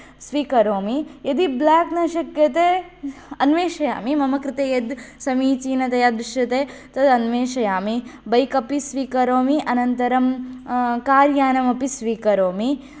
स्वीकरोमि यदि ब्लेक् न श्क्यते अन्वेषयामि मम कृते यद् समीचीनतया दृष्यते तद् अन्वेषयामि बैक् अपि स्वीकरोमि अनन्तरं कार्यानम् अपि स्वीकरोमि